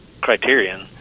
criterion